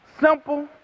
Simple